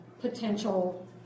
potential